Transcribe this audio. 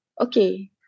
okay